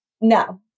No